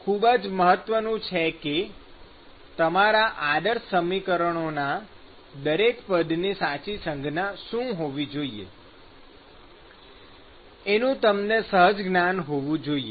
તે ખૂબ જ મહત્વનું છે કે તમારા આદર્શ સમીકરણોના દરેક પદની સાચી સંજ્ઞા શું હોવી જોઈએ એનું તમને સહજ જ્ઞાન હોવું જોઈએ